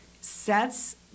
sets